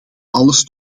alles